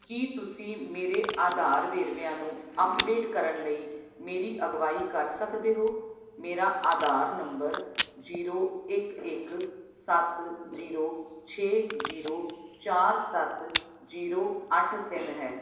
ਕੀ ਤੁਸੀਂ ਮੇਰੇ ਆਧਾਰ ਵੇਰਵਿਆਂ ਨੂੰ ਅੱਪਡੇਟ ਕਰਨ ਲਈ ਮੇਰੀ ਅਗਵਾਈ ਕਰ ਸਕਦੇ ਹੋ ਮੇਰਾ ਆਧਾਰ ਨੰਬਰ ਜੀਰੋ ਇੱਕ ਇੱਕ ਸੱਤ ਜੀਰੋ ਛੇ ਜੀਰੋ ਚਾਰ ਸੱਤ ਜੀਰੋ ਅੱਠ ਤਿੰਨ ਹੈ